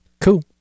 cool